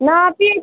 ना भी